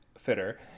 fitter